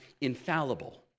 infallible